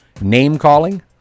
name-calling